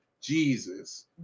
jesus